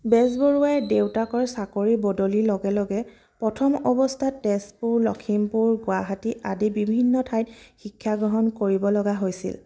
বেজবৰুৱাই দেউতাকৰ চাকৰিৰ বদলিৰ লগে লগে প্ৰথম অৱস্থাত তেজপুৰ লখিমপুৰ গুৱাহাটী আদি বিভিন্ন ঠাইত শিক্ষা গ্ৰহণ কৰিবলগা হৈছিল